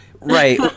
Right